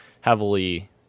heavily